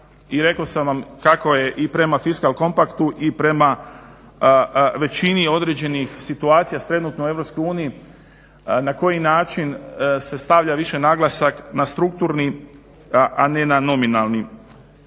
rekao sam kako je i prema Fiscal Compactu i prema većini određenih situacija trenutno u EU na koji način se stavlja više naglasak na strukturni a ne na nominalni